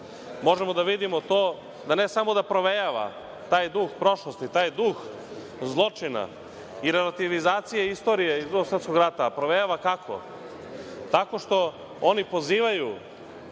možemo da vidimo to da ne samo da provejava taj duh prošlosti, taj duh zločina i relativizacije istorije iz Drugog svetskog rata, a provejava kako? Tako što oni pozivaju